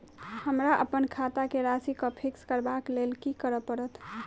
हमरा अप्पन खाता केँ राशि कऽ फिक्स करबाक लेल की करऽ पड़त?